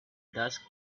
dusk